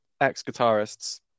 ex-guitarists